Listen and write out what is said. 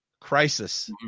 crisis